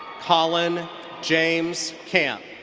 colin james camp.